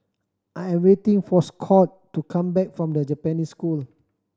I am waiting for Scott to come back from The Japanese School